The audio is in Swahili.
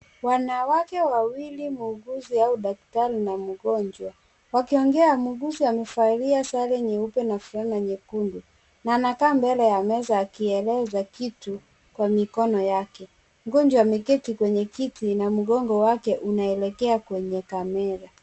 Wanawake wawili, muuguzi ama daktari na mgonjwa. Wakiongea muuguzi amevalia sare nyeupe na fulana nyekundu na anakaa mbele ya meza akieleza kitu kwa mikono yake. Mgonjwa ameketi kwenye kiti na mgongo wake unaelekea kwenye kamera.